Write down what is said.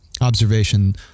observation